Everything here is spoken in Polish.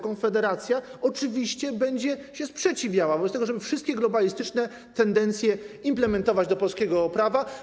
Konfederacja oczywiście będzie sprzeciwiała się wobec tego, żeby wszystkie globalistyczne tendencje implementować do polskiego prawa.